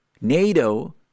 NATO